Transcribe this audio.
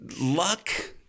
luck